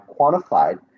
quantified